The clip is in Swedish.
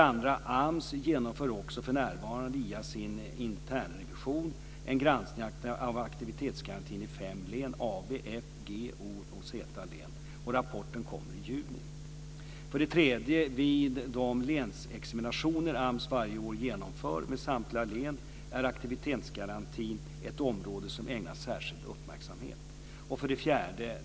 AMS genomför också för närvarande via sin internrevision en granskning av aktivitetsgarantin i fem län - AB-, F-, G-, O och Z-län - och rapporten kommer i juni. 3. Vid de länsexaminationer som AMS genomför varje år med samtliga län är aktivitetsgarantin ett område som ägnas särskild uppmärksamhet. 4.